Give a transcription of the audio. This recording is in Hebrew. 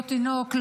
לא תינוק,